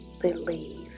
believe